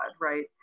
right